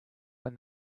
when